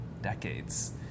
decades